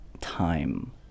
time